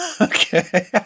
Okay